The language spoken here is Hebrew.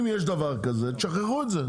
אם יש דבר כזה תשחררו את זה,